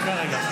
סליחה רגע.